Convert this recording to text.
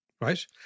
right